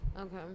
Okay